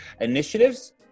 initiatives